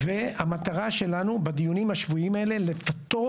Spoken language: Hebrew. המטרה שלנו בדיונים השבועיים האלה לפתור